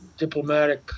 Diplomatic